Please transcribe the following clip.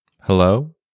Hello